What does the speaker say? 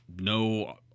no